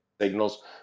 signals